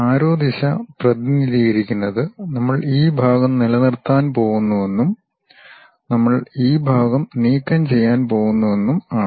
ആരോ ദിശ പ്രതിനിധീകരിക്കുന്നത് നമ്മൾ ഈ ഭാഗം നിലനിർത്താൻ പോകുന്നുവെന്നും നമ്മൾ ഈ ഭാഗം നീക്കംചെയ്യാൻ പോകുന്നുവെന്നും ആണ്